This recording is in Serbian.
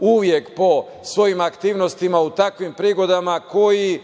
uvek po svojim aktivnostima u takvim prigodama, koji